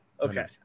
okay